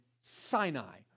Sinai